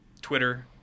Twitter